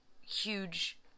huge